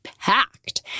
packed